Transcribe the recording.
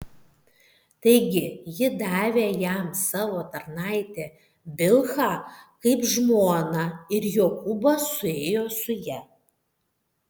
taigi ji davė jam savo tarnaitę bilhą kaip žmoną ir jokūbas suėjo su ja